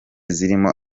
zirimo